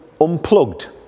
unplugged